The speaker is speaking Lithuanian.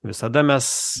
visada mes